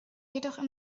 jedoch